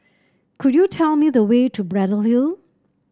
could you tell me the way to Braddell Hill